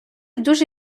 дуже